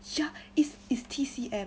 ya is is T_C_M